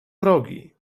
progi